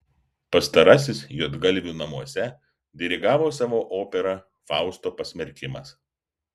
pastarasis juodgalvių namuose dirigavo savo operą fausto pasmerkimas